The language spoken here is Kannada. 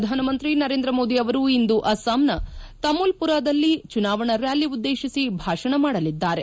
ಶ್ರಧಾನಮಂತ್ರಿ ನರೇಂದ್ರ ಮೋದಿ ಅವರು ಇಂದು ಅಸ್ತಾಂನ ತಮೂಲ್ಮರದಲ್ಲಿ ಚುನಾವಣಾ ಕ್ನಾಲಿ ಉದ್ಲೇತಿಸಿ ಭಾಷಣ ಮಾಡಲಿದ್ದಾರೆ